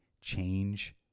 change